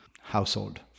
household